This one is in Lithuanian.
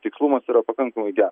tikslumas yra pakankamai ge